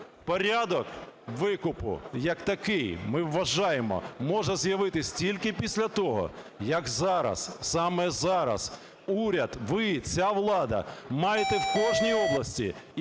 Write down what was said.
Порядок викупу як такий, ми вважаємо, може з'явитися тільки після того, як зараз, саме зараз уряд, ви, ця влада, маєте в кожній області